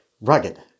Rugged